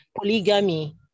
polygamy